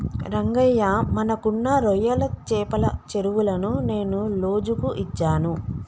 రంగయ్య మనకున్న రొయ్యల చెపల చెరువులను నేను లోజుకు ఇచ్చాను